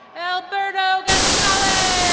alberto gonzalez